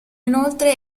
inoltre